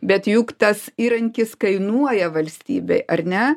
bet juk tas įrankis kainuoja valstybei ar ne